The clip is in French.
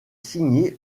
signé